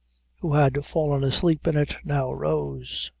who had fallen asleep in it, now rose.